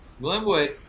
Glenwood